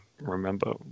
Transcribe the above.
remember